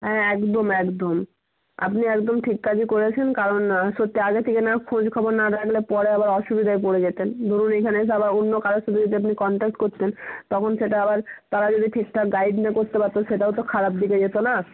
হ্যাঁ একদম একদম আপনি একদম ঠিক কাজই করেছেন কারণ সত্যি আগে থেকে না খোঁজ খবর না রাখলে পরে আবার অসুবিধায় পড়ে যেতেন ধরুন এখানে এসে আবার অন্য কারোর সাথে যদি আপনি কনট্যাক্ট করতেন তখন সেটা আবার তারা যদি ঠিকঠাক গাইড না করতে পারত সেটাও তো খারাপ দিকে যেত না